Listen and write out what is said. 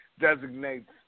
designates